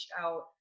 out